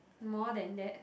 more than that